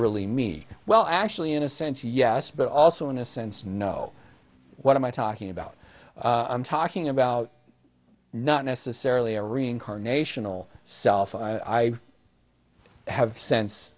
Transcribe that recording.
really me well actually in a sense yes but also in a sense know what am i talking about i'm talking about not necessarily a reincarnation self i have sense